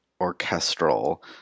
orchestral